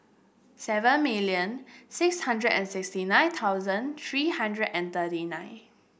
seven million six hundred and sixty nine thousand three hundred and thirty nine